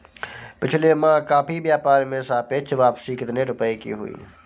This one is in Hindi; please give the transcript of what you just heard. पिछले माह कॉफी व्यापार में सापेक्ष वापसी कितने रुपए की हुई?